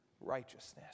righteousness